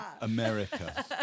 America